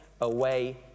away